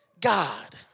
God